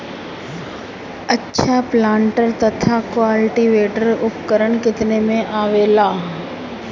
अच्छा प्लांटर तथा क्लटीवेटर उपकरण केतना में आवेला?